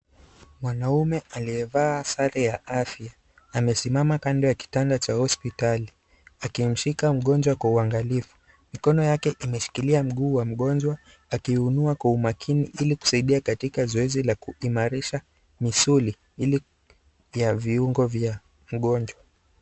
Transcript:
mwanaume aliyevaa sare ya afya, amesimama kando ya kitanda cha hospitali, akimshika mgonjwa kwa uangslifu. mikono yake imeshikilia mgonjwa miguu, akiinua kwa makini ili kusaidia mgonjwa katika zoezi la kuimarisha misuli ya viungo vya mgonjwa.